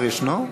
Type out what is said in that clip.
השר ישנו?